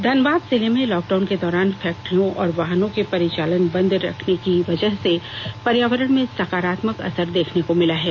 धनबाद जिले में लॉकडाउन के दौरान फैक्ट्रियों और वाहनों के परिचालन बंद रहने की वजह से पर्यावरण में सकारात्मक असर देखने को मिला है